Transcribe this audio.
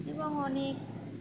এবং অনেক